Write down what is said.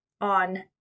on